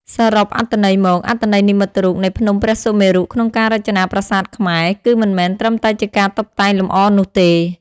សរុបអត្ថន័យមក អត្ថន័យនិមិត្តរូបនៃភ្នំព្រះសុមេរុក្នុងការរចនាប្រាសាទខ្មែរ គឺមិនមែនត្រឹមតែជាការតុបតែងលម្អនោះទេ។